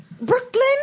Brooklyn